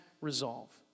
resolve